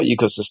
ecosystem